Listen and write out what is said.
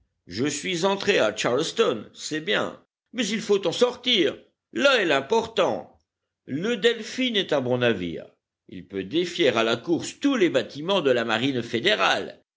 je suis entré à charleston c'est bien mais il faut en sortir là est l'important le delphin est un bon navire il peut défier à la course tous les bâtiments de la marine fédérale